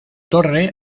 torre